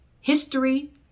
history